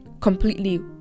completely